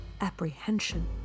apprehension